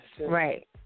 Right